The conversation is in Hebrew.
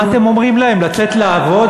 מה אתם אומרים להם, לצאת לעבוד?